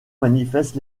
manifeste